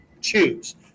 choose